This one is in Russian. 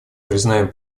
признаем